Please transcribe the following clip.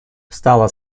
встала